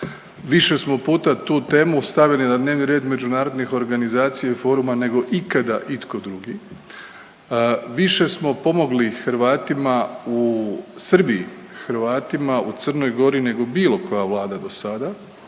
Više smo puta tu temu stavili na dnevni red međunarodnih organizacija i forma nego ikada itko drugi. Više smo pomogli Hrvatima u Srbiji, Hrvatima u Crnoj Gori nego koja bila vlada dosada.